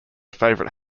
favorite